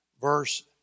verse